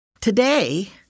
Today